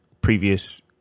previous